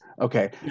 Okay